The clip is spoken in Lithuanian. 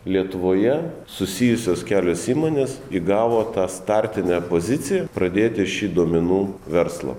lietuvoje susijusios kelios įmonės įgavo tą startinę poziciją pradėti šį duomenų verslą